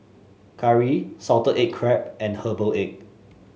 curry Salted Egg Crab and Herbal Egg